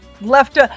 left